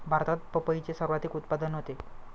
भारतात पपईचे सर्वाधिक उत्पादन होते